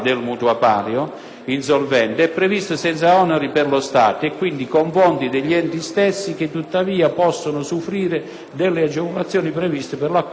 è previsto senza oneri per lo Stato e quindi con fondi degli enti stessi, che tuttavia possono usufruire delle agevolazioni previste per l'acquisto della prima casa.